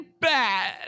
bad